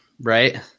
right